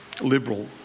liberal